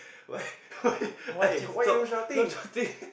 why why ask you to talk no shouting